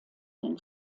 den